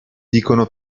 dicono